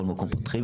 כל מקום פותחים,